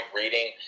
reading